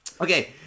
Okay